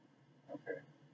okay